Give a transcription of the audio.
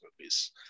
movies